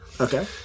Okay